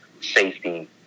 safety